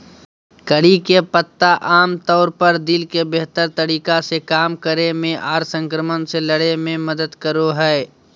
करी के पत्ता आमतौर पर दिल के बेहतर तरीका से काम करे मे आर संक्रमण से लड़े मे मदद करो हय